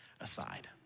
aside